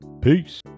Peace